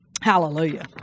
Hallelujah